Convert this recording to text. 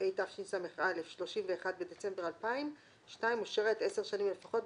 התשס"א (31 בדצמבר 2000); (2)הוא שירת עשר שנים לפחות,